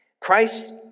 Christ